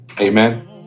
Amen